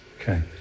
Okay